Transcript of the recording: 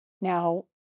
Now